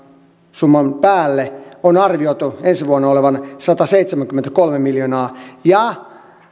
summan päälle on arvioitu ensi vuonna olevan sataseitsemänkymmentäkolme miljoonaa ja